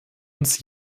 uns